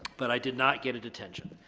but i did not get a detention.